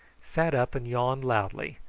sat up and yawned loudly,